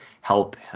help